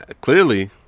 Clearly